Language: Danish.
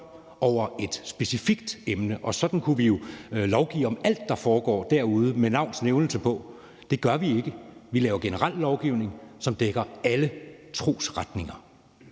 over et specifikt emne, og sådan kunne vi jo lovgive om alt, der foregår derude, med navns nævnelse. Det gør vi ikke. Vi laver generel lovgivning, som dækker alle trosretninger.